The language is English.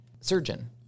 surgeon